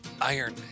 Iron